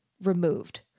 removed